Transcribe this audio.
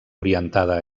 orientada